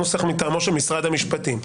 הנוסח מטעמו של משרד המשפטים.